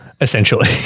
essentially